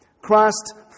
Christ